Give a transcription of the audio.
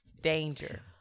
danger